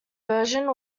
version